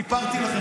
סיפרתי לכם,